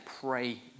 pray